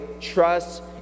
trust